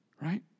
Right